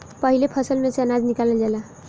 पाहिले फसल में से अनाज निकालल जाला